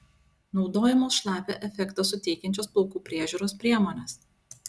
naudojamos šlapią efektą suteikiančios plaukų priežiūros priemonės